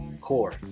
core